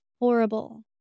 horrible